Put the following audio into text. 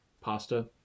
pasta